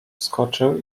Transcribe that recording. skoczył